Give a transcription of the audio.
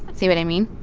see what i mean?